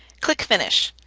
click finish.